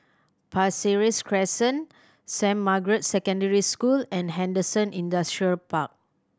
Pasir Ris Crest Saint Margaret's Secondary School and Henderson Industrial Park